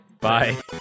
Bye